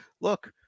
look